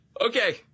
Okay